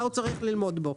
מה הוא צריך ללמוד בו.